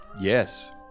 yes